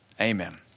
Amen